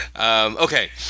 okay